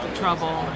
trouble